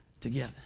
together